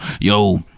yo